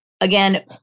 again